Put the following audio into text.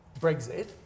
Brexit